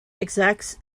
exact